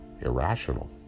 irrational